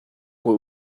what